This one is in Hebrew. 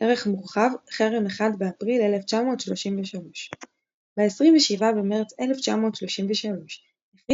ערך מורחב – חרם אחד באפריל 1933 ב-27 במרץ 1933 הכריז